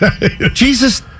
Jesus